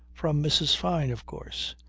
from mrs. fyne, of course.